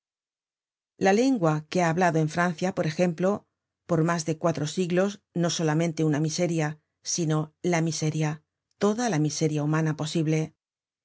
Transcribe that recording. la lengua que ha hablado en francia por ejemplo por mas de cuatro siglos no solamente una miseria sino la miseria toda la miseria humana posible